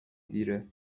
دیره